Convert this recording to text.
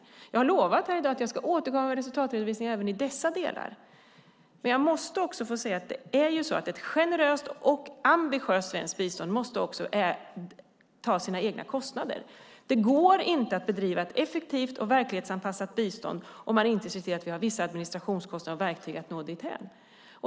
Här i dag har jag lovat att jag ska återkomma med resultatredovisning även i dessa delar, men jag måste få säga att ett generöst och ambitiöst svenskt bistånd måste ta sina egna kostnader. Det går inte att bedriva ett effektivt och verklighetsanpassat bistånd om man inte ser till att vi har vissa administrationskostnader och verktyg för att nå dithän.